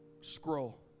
scroll